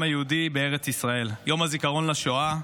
היהודי בארץ ישראל: יום הזיכרון לשואה,